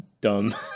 dumb